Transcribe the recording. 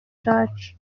church